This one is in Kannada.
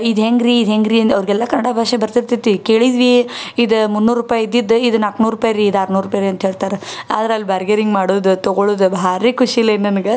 ಇದು ಹೇಗ್ರಿ ಇದು ಹೇಗ್ರಿ ಅಂದು ಅವ್ರಿಗೆಲ್ಲ ಕನ್ನಡ ಭಾಷೆ ಬರ್ತಿರ್ತದೆ ಕೇಳಿದ್ವೀ ಇದು ಮುನ್ನೂರು ರುಪಾಯ್ ಇದ್ದಿದ್ದು ಇದು ನಾಲ್ಕುನೂರು ರುಪಾಯ್ ರೀ ಇದು ಆರುನೂರು ರುಪಾಯ್ ಅಂತ ಹೇಳ್ತಾರೆ ಆದರೆ ಅಲ್ಲಿ ಬಾರ್ಗೆರಿಂಗ್ ಮಾಡೋದು ತಗೋಳೋದ್ ಭಾರಿ ಖುಷಿ ಲೇ ನನ್ಗೆ